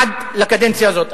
עד לקדנציה הזאת.